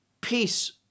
peace